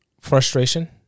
frustration